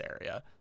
area